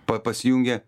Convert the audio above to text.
pa pasijungę